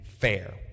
Fair